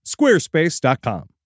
Squarespace.com